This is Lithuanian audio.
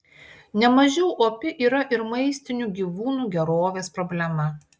nemažiau opi yra ir maistinių gyvūnų gerovės problema